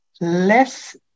less